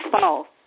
false